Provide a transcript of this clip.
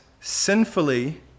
sinfully